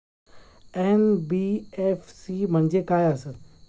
NBFC म्हणजे खाय आसत?